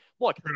Look